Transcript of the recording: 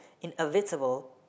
inevitable